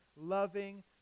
loving